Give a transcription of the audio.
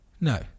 No